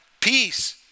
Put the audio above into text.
peace